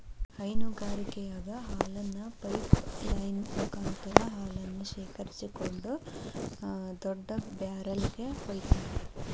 ಹೈನಗಾರಿಕೆಯಾಗ ಹಾಲನ್ನ pipeline ಮುಕಾಂತ್ರ ಹಾಲನ್ನ ಶೇಖರಿಸಿಡೋ ದೊಡ್ಡ ಬ್ಯಾರೆಲ್ ಗೆ ವೈತಾರ